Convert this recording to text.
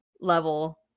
level